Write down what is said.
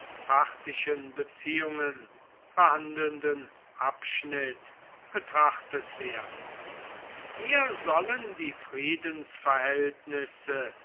römisch parthischen beziehungen behandelnden abschnitt betrachtet werden hier sollen die friedensverhältnisse